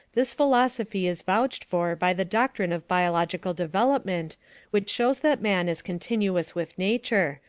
this philosophy is vouched for by the doctrine of biological development which shows that man is continuous with nature,